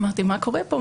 אמרתי: מה קורה פה?